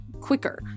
quicker